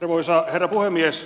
arvoisa herra puhemies